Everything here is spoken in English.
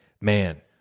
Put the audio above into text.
man